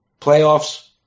playoffs